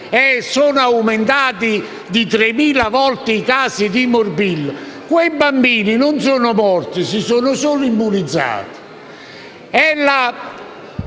sono aumentati di 3.000 volte i casi di morbillo, quei bambini non sono morti, si sono solo immunizzati.